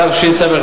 התשס"ד